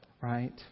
right